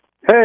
Hey